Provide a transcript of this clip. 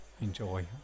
Enjoy